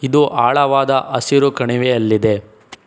ಇದು ಆಳವಾದ ಹಸಿರು ಕಣಿವೆ ಅಲ್ಲಿದೆ